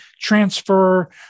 transfer